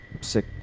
Sick